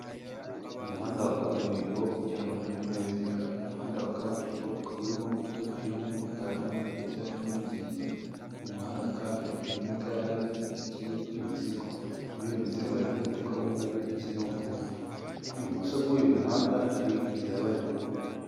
Umuhanda wa kaburimbo ugendwamo n'ibinyabiziga, umuhanda wa kaburimbo ukaba urimo moto iriho umumotari umwe ndetse n'umugenzi. Uyu muhanda kandi urimo igare ripakiye imizigo muri iyo mizigo harimo umufuka w'umweru ndetse n'uw'umuhondo, ibumoso bw'uyu muhanda hari inzira y'abanyamaguru.